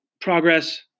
progress